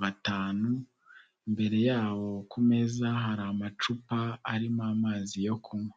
batanu, imbere yabo ku mezaeza hari amacupa arimo amazi yo kunywa.